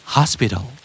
Hospital